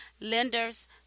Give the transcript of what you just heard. lenders